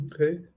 Okay